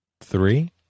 Three